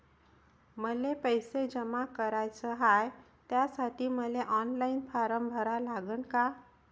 मले पैसे जमा कराच हाय, त्यासाठी मले ऑनलाईन फारम भरा लागन का?